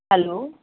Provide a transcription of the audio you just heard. hello